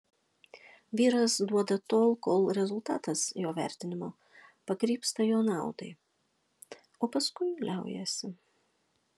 vyras duoda tol kol rezultatas jo vertinimu pakrypsta jo naudai o paskui liaujasi